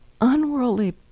unworldly